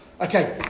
Okay